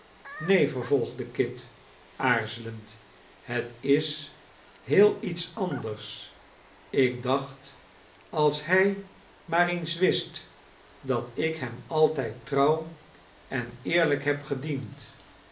neen vervolgde kit aarzelend het is heel iets anders ik dacht als hij maar eens wist dat ik hem altijd trouw en eerlijk heb gediend